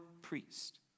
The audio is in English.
priest